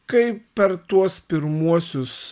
kai per tuos pirmuosius